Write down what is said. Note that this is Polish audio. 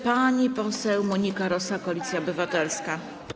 Pani poseł Monika Rosa, Koalicja Obywatelska.